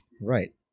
Right